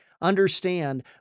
Understand